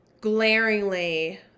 glaringly